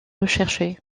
recherché